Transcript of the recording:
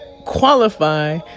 qualify